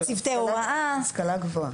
גם יש עכשיו מתווה של נאמני קורונה,